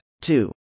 Two